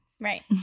Right